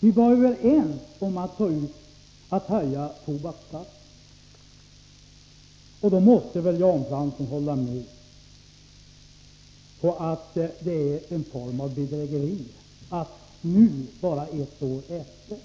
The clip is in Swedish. Vi var ju överens om att höja tobaksskatten. Jan Fransson måste väl ändå hålla med om att det är en form av bedrägeri att nu, bara ett år efter,